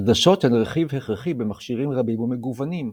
עדשות הן רכיב הכרחי במכשירים רבים ומגוונים,